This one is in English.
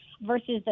versus